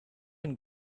and